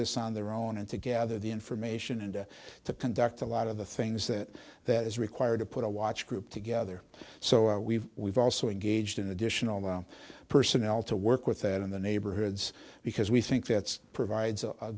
this on their own and to gather the information and to conduct a lot of the things that that is required to put a watch group together so we've we've also engaged in additional own personnel to work with that in the neighborhoods because we think that's provides a